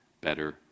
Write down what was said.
Better